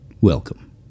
welcome